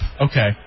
Okay